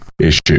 issue